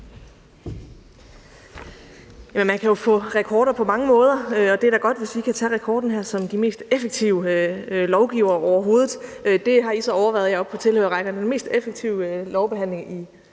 Man kan jo sætte rekorder på mange måder, og det er da godt, hvis vi kan tage rekorden her som de mest effektive lovgivere overhovedet. Det har I, der sidder heroppe på tilhørerrækkerne, så oplevet: den mest effektive lovbehandling i